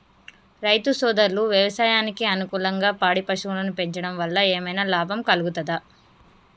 రైతు సోదరులు వ్యవసాయానికి అనుకూలంగా పాడి పశువులను పెంచడం వల్ల ఏమన్నా లాభం కలుగుతదా?